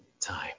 time